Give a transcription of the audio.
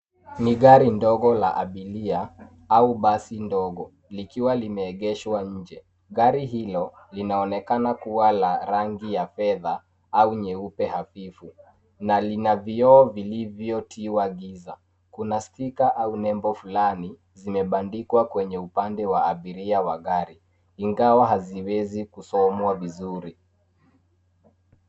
Ni gari ndogo la abiria, au basi ndogo likiwa limeegeshwa nje. Gari hilo linaonekana kuwa la rangi ya fedha au nyeupe hafifu na lina vioo vilivyotiwa giza. Kuna[SC] sticker[SC] au nembo fulani zimebandikwa kwenye upande wa abiria wa gari ingawa haziwezi kusomwa vizuri.